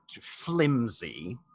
flimsy